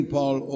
Paul